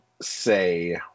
say